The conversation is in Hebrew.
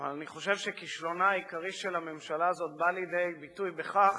אבל אני חושב שכישלונה העיקרי של הממשלה הזאת בא לידי ביטוי בכך שבסוף,